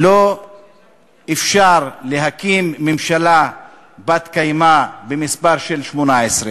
אי-אפשר להקים ממשלה בת-קיימא במספר של 18,